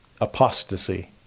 apostasy